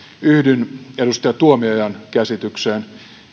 yhdyn edustaja tuomiojan käsitykseen